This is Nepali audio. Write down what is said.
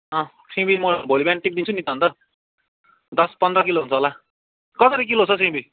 अ सिमी म भोलि बिहान टिपिदिन्छु नि त अन्त दस पन्ध्र किलो हुन्छ होला कसरी किलो छ हो सिमी